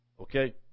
Okay